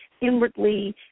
inwardly